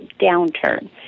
downturn